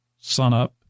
sunup